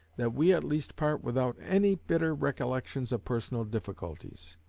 that we at least part without any bitter recollections of personal difficulties.